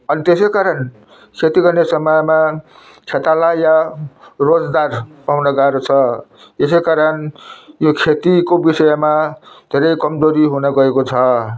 अनि त्यसै कारण खेती गर्ने समयमा खेताला वा रोजगार पाउन गाह्रो छ यसै कारण यो खेतीको विषयमा धेरै कमजोरी हुन गएको छ